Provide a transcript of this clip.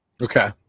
Okay